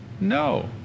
No